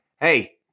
hey